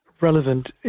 relevant